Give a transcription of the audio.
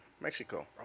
Mexico